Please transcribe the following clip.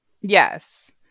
yes